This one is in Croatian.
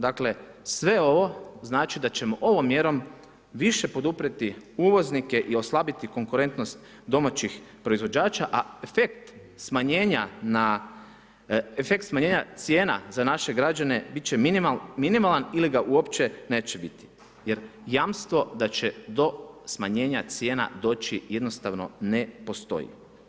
Dakle, sve ovo znači da ćemo ovom mjerom više poduprijeti uvoznike i oslabiti konkurentnost domaćih proizvođača, a efekt smanjenja cijena za naše građane bit će minimalan ili ga uopće neće biti jer jamstvo da će do smanjenja cijena doći jednostavno ne postoji.